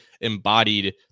embodied